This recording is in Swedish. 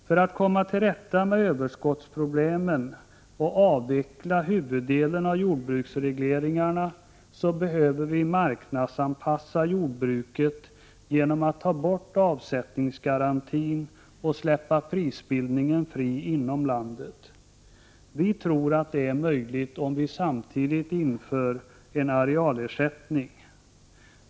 För att komma till rätta med överskottsproblemen och avveckla huvuddelen av jordbruksregleringarna behöver vi marknadsanpassa jordbruket genom att ta bort avsättningsgarantin och släppa prisbildningen fri inom landet. Vi tror att det är möjligt om vi samtidigt inför en arealersättning.